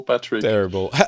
terrible